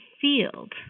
field